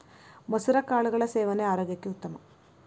ಮಸುರ ಕಾಳುಗಳ ಸೇವನೆ ಆರೋಗ್ಯಕ್ಕೆ ಉತ್ತಮ